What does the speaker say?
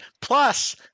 plus